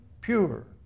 pure